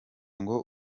ngo